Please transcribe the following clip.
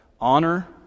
honor